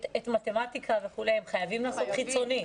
מתמטיקה וכו' הם חייבים לעשות חיצוני?